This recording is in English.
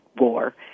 war